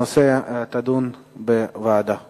הנושא יידון בוועדת החינוך.